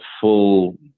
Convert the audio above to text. full